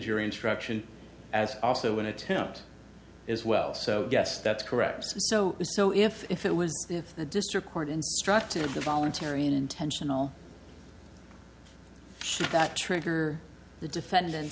jury instruction as also an attempt as well so yes that's correct so so so if if it was if the district court instructed the voluntary and intentional that trigger the defendant's